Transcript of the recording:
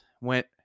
went